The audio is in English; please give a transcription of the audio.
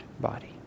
body